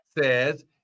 says